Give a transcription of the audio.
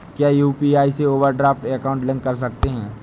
क्या यू.पी.आई से overdraft account link कर सकते हैं?